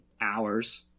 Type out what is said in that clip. hours